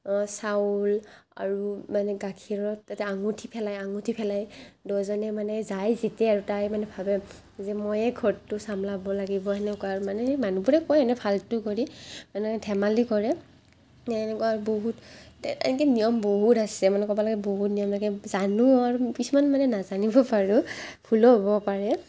চাউল আৰু মানে গাখীৰত এটা আঙুঠি ফেলাই আঙুঠি ফেলাই দুইজনে মানে যাৰে জিতে আৰু তাই মানে ভাবে যে ময়েই ঘৰটো চম্ভালিব লাগিব সেনেকুৱা আৰু মানে সেই মানুহবোৰে কয় আৰু এনেই ফাল্টু কৰি মানে ধেমালি কৰে এনেকুৱা আৰু বহুত তে এনেকৈ নিয়ম বহুত আছে মানে ক'ব লাগে বহুত নিয়ম থাকে জানো আৰু কিছুমান মানে নাজানিব পাৰোঁ ভুলো হ'ব পাৰে